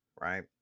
Right